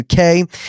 UK